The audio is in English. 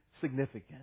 significant